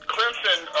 Clemson